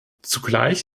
zugleich